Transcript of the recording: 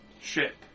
ship